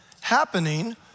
happening